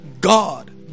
god